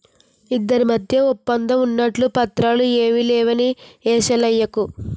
ఇద్దరి మధ్య ఒప్పందం ఉన్నట్లు పత్రాలు ఏమీ లేవని ఏషాలెయ్యకు